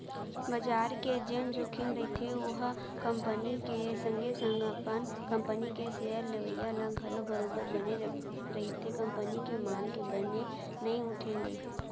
बजार के जेन जोखिम रहिथे ओहा कंपनी के संगे संग कंपनी के सेयर लेवइया ल घलौ बरोबर बने रहिथे कंपनी के माल के बने नइ उठे ले